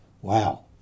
Wow